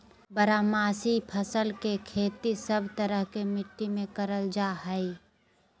बारहमासी फसल के खेती सब तरह के मिट्टी मे करल जा हय